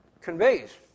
conveys